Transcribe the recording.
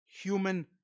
human